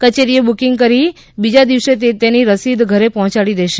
કચેરીએ બુકીંગ કરી બીજા દિવસે તેથી રસીદ ઘરે પહોંચાડી દેશે